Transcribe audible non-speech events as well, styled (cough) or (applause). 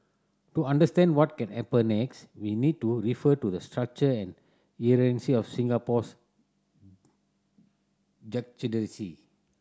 to understand what can happen next we need to refer to the structure and (unintelligible) of Singapore's (unintelligible)